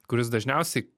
kuris dažniausiai